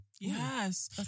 Yes